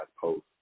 post